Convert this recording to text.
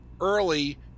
early